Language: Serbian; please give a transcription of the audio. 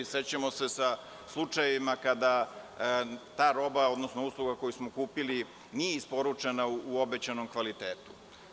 Srećemo se sa slučajevima kada ta roba, odnosno usluga koju smo kupili nije isporučena u obećanom kvalitetu.